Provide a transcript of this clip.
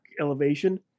Elevation